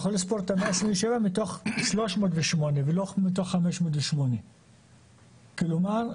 אתה יכול לספור את ה-177 מתוך 308 ולא מתוך 508. כלומר,